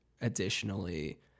additionally